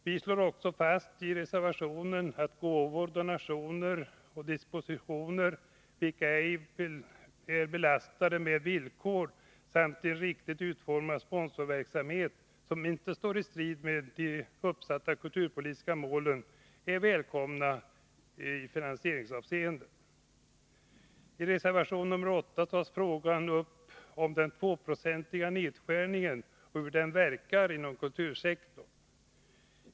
Vi slår också fast i reservationen att gåvor, donationer och depositioner vilka ej är belastade med villkor samt en riktigt utformad s.k. sponsorverksamhet som inte står i strid med de uppsatta kulturpolitiska målen är välkomna finansieringskällor. I reservation nr 8 tas frågan upp om den 2-procentiga årliga nedskärningen och hur den verkar inom kultursektorn.